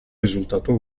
risultato